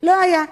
לא היה.